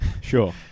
Sure